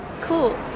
cool